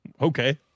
Okay